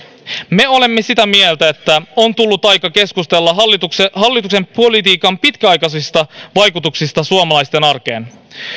me olemme sitä mieltä että on tullut aika keskustella hallituksen hallituksen politiikan pitkäaikaisista vaikutuksista suomalaisten arkeen